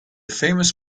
famous